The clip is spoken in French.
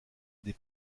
des